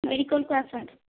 ମେଡ଼ିକାଲକୁ ଆସନ୍ତୁ